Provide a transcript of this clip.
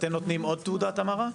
אתם נותנים עוד תעודת המרה?